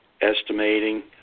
estimating